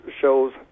shows